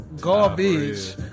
Garbage